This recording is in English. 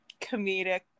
comedic